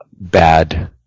bad